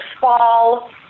fall